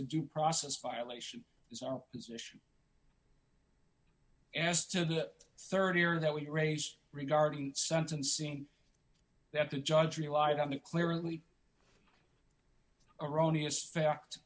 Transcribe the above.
due process violation is our position as to that rd year that we raise regarding sentencing that the judge relied on the clearly erroneous fact